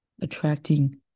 attracting